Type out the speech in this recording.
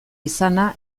izana